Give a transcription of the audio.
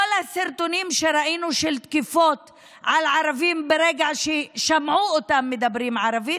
כל הסרטונים שראינו של תקיפות על ערבים ברגע ששמעו אותם מדברים ערבית,